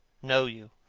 know you?